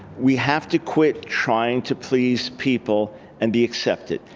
we have to quite trying to please people and be accepted.